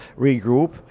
regroup